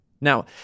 Now